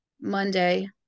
Monday